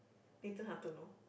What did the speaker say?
Nathan-Hartono